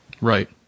Right